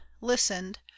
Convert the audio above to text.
listened